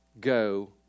go